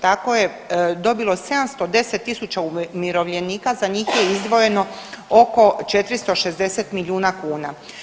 Tako je dobilo 710 tisuća umirovljenika, za njih je izdvojeno oko 460 milijuna kuna.